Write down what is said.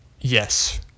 Yes